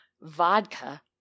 vodka